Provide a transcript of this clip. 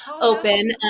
open